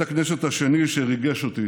מנכ"ל הכנסת אלברט סחרוביץ,